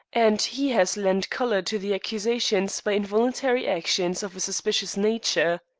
and he has lent color to the accusations by involuntary actions of a suspicious nature.